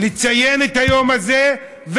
לציין את היום הזה,